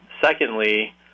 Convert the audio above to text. Secondly